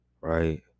Right